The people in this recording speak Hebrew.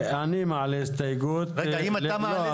מי רוצה לנהל את זה מולי, קרעי או אורית?